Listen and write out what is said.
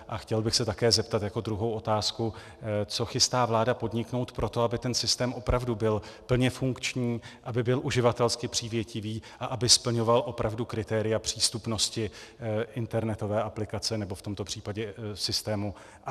A chtěl bych se také zeptat, jako druhou otázku, co chystá vláda podniknout pro to, aby ten systém opravdu byl plně funkční, aby byl uživatelsky přívětivý a aby splňoval opravdu kritéria přístupnosti internetové aplikace, nebo v tomto případě systému IT.